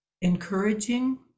encouraging